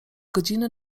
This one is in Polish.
godziny